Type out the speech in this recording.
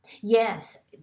Yes